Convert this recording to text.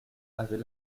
avait